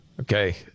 okay